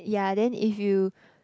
ya then if you